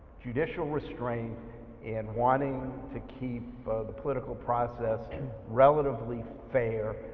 judicial restraint and wanting to keep the political process relatively fair,